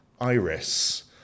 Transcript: Iris